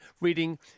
reading